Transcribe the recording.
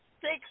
six